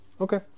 Okay